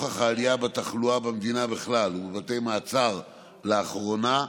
נוכח העלייה בתחלואה במדינה בכלל ובבתי מעצר לאחרונה,